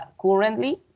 currently